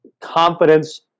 confidence